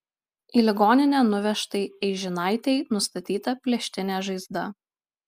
į ligoninę nuvežtai eižinaitei nustatyta plėštinė žaizda